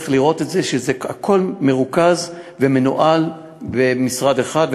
צריך לראות שהכול מרוכז ומנוהל במשרד אחד,